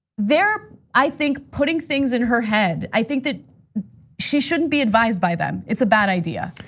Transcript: they're, i think, putting things in her head, i think that she shouldn't be advised by them, it's a bad idea.